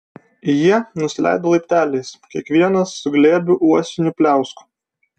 jie nusileido laipteliais kiekvienas su glėbiu uosinių pliauskų